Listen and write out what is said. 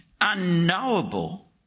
unknowable